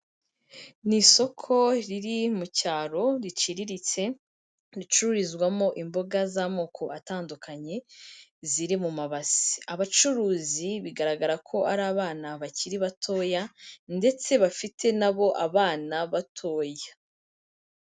Ni isoko riri mu cyaro riciriritse ricururizwamo imboga z'amoko atandukanye ziri mu mabasi, abacuruzi bigaragarako ari abana bakiri batoya ndetse bafite na bo abana batoya.